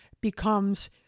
becomes